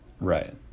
right